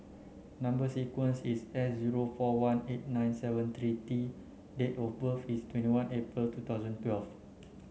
number sequence is S zero four one eight nine seven three T date of birth is twenty one April two thousand twelve